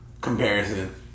comparison